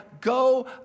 go